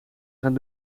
gaan